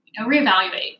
reevaluate